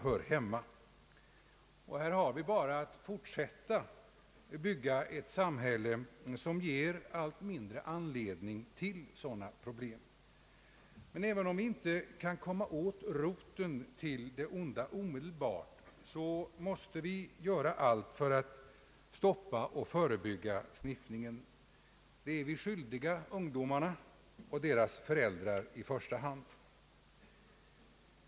Här har vi bara att fortsätta att bygga ett samhälle som ger allt mindre anledning till att sådana problem uppkommer. Men även om vi inte kan komma åt roten till det onda omedelbart, måste vi göra allt för att stoppa och förebygga sniffningen. Det är vi skyldiga ungdomarna och deras föräldrar i första hand.